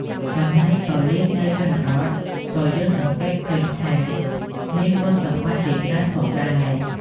ចំណែកប៉ូលិសនៅជនបទក៏យើងសង្កេតឃើញថាមានគុណសម្បត្តិជាច្រើនផងដែរ។